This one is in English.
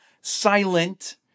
silent